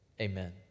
Amen